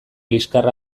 liskarra